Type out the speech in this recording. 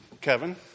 Kevin